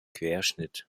querschnitt